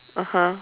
(uh huh)